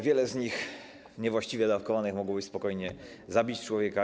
Wiele z nich niewłaściwie dawkowanych mogłoby spokojnie zabić człowieka.